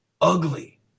ugly